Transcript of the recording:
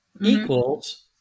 equals